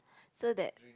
so that